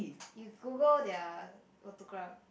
you Google their autograph